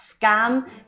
scam